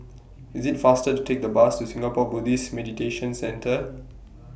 IS IT faster to Take The Bus to Singapore Buddhist Meditation Centre